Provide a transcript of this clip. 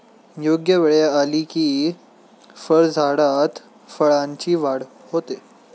योग्य वेळ आली की फळझाडात फळांची वाढ होते